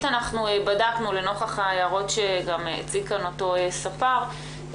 לנוכח ההערות שהציג כאן אותו ספר,